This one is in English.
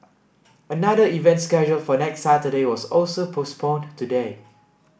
another event scheduled for next Saturday was also postponed today